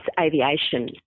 aviation